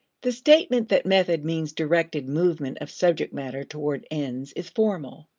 the statement that method means directed movement of subject matter towards ends is formal.